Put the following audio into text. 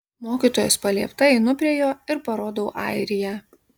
mokytojos paliepta einu prie jo ir parodau airiją